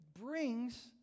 brings